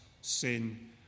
sin